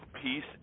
Peace